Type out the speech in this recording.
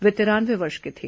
वे तिरानवे वर्ष के थे